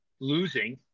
losing